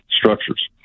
structures